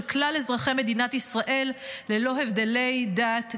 כלל אזרחי מדינת ישראל ללא הבדלי דת,